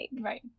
right